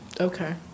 Okay